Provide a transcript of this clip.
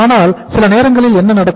ஆனால் சில நேரங்களில் என்ன நடக்கும்